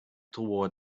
toward